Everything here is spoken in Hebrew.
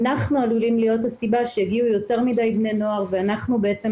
אנחנו עלולים להיות הסיבה שהגיעו יותר מדי בני נוער ואנחנו בעצם